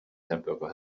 hamburger